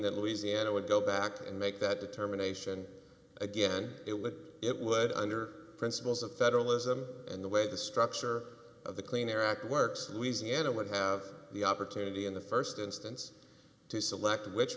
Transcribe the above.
that louisiana would go back and make that determination again it would under principles of federalism and the way the structure of the clean air act works louisiana would have the opportunity in the st instance to select which